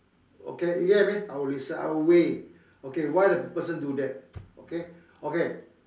okay you get what I mean I will listen I will weigh okay why the person do that okay okay